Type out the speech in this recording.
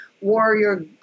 warrior